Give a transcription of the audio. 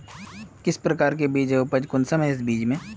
किस प्रकार के बीज है उपज कुंसम है इस बीज में?